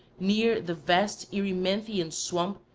near the vast erymanthian swamp,